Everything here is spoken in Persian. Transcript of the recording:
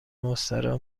مستراح